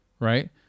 Right